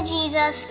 Jesus